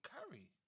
Curry